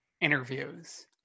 interviews